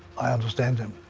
i'd understand him.